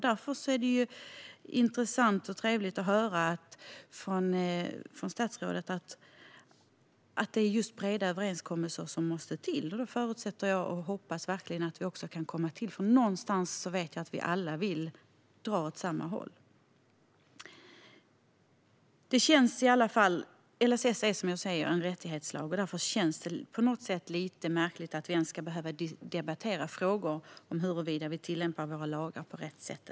Därför är det intressant och trevligt att höra från statsrådet att breda överenskommelser måste komma till. Jag förutsätter och hoppas att det kan bli så. Jag vet ju att vi alla vill dra åt samma håll. LSS är som sagt en rättighetslag. Därför känns det lite märkligt att vi ens ska behöva debattera frågor om huruvida vi tillämpar våra lagar på rätt sätt.